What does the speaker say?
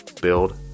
build